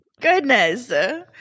Goodness